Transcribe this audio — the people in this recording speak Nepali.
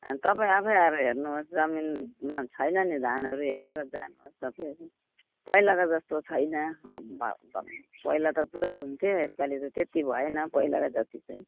तपाईँ आफै आएर हेर्नुहोस् जमिनमा छैन नि धानहरू हेरेर जानुहोस् तपाईँहरू पहिलाको जस्तो छैन अब पहिला त पुरै हुन्थ्यो यसपालि त त्यति भएन पहिलाको जति चाहिँ